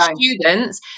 students